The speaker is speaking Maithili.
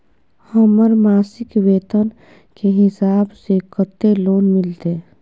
हमर मासिक वेतन के हिसाब स कत्ते लोन मिलते?